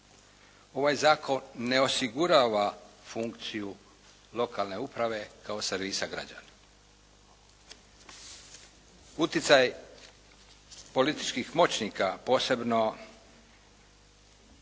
Ovaj zakon ne osigurava funkciju lokalne uprave kao servisa građana. Uticaj političkih moćnika posebno